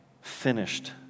finished